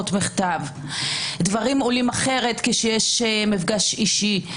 דברים עולים אחרת כשיש מפגש אישי.